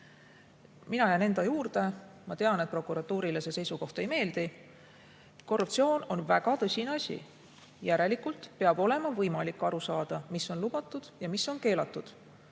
Mina jään enda juurde, ma tean, et prokuratuurile see seisukoht ei meeldi. Korruptsioon on väga tõsine asi, järelikult peab olema võimalik aru saada, mis on lubatud ja mis on keelatud.